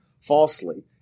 falsely